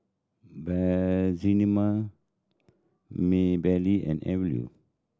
Breanne Maybelle and Evia